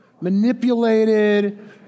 Manipulated